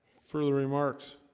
further remarks